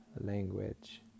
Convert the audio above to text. language